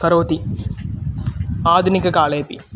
करोति आधुनिककालेपि